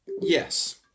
Yes